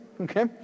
okay